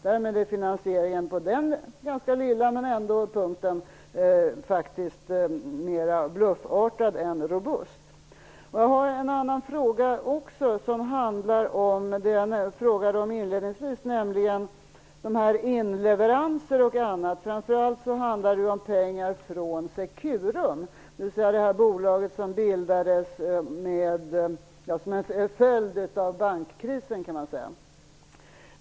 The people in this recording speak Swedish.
Därmed är finansieringen på denna om än ganska lilla punkt faktiskt mer bluffartad än robust. Jag har en annan fråga också som handlar om det jag frågade om inledningsvis, nämligen inleveranser och annat. Framför allt handlar det om pengar från Securum, dvs. det bolag som man kan säga bildades som en följd av bankkrisen.